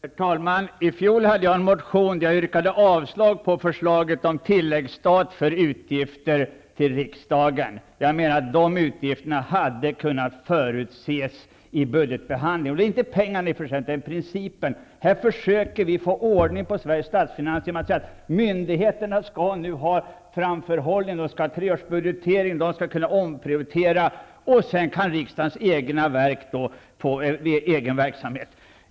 Herr talman! I fjol yrkade jag i en motion avslag på förslaget om tilläggsstat för utgifter när det gäller riksdagen. De utgifterna, menar jag, hade kunnat förutses vid budgetbehandlingen. Det är i och för sig inte pengarna det handlar om, utan det är fråga om principen. Här försöker vi att få ordning på Sveriges statsfinanser genom att uttala att myndigheterna skall ha en framförhållning. De skall ha en treårsbudgetering, och de skall kunna omprioritera. Men riksdagens egna verk kan få en egen verksamhet.